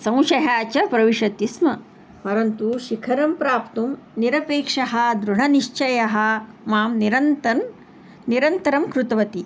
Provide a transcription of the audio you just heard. संशयः च प्रविशति स्म परन्तु शिखरं प्राप्तुं निरपेक्षः दृढनिश्चयः मां निरन्तरं निरन्तरं कृतवती